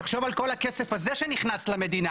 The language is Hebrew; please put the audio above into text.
תחשוב על כל הכסף הזה שנכנס למדינה,